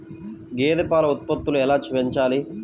గేదె పాల ఉత్పత్తులు ఎలా పెంచాలి?